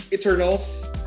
Eternals